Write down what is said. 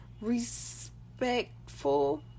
respectful